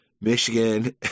Michigan